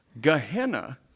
Gehenna